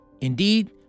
Indeed